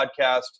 podcast